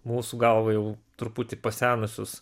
mūsų galva jau truputį pasenusius